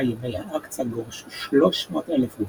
ימי האקציה גורשו 300,000 גברים,